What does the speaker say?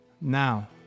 now